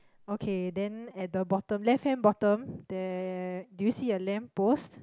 okay then at the bottom left hand bottom there do you see a lamp post